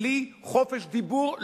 בלי חופש דיבור,